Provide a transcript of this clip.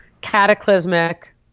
cataclysmic